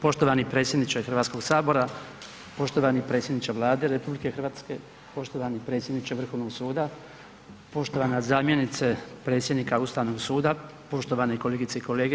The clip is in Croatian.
Poštovani predsjedniče Hrvatskog sabora, poštovani predsjedniče Vlade RH, poštovani predsjedniče Ustavnog suda, poštovana zamjenice predsjednika Ustavnog suda, poštovane kolegice i kolege.